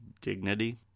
dignity